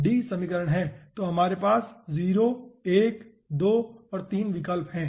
तो हमारे पास 0 1 2 और 3 विकल्प हैं